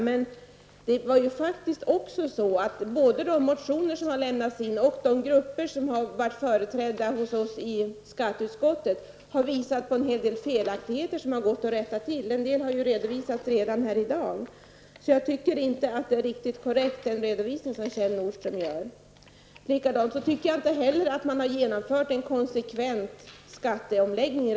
Men både de motioner som har väckts och de grupper som har varit företrädda hos oss i skatteutskottet har visat på en hel del felaktigheter som har gått att rätta till. En del har redan redovisats här i dag. Jag tycker därför inte att den redovisning som Kjell Nordström gör är riktigt korrekt. Jag anser inte heller att man har genomfört en konsekvent skatteomläggning.